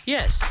Yes